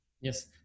Yes